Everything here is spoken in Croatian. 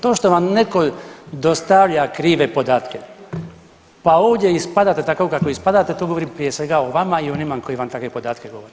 To što vam netko dostavlja krive podatke, pa ovdje ispadate tako kako ispadate to govori prije svega o vama i onima koji vam takve podatke govore.